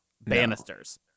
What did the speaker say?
banisters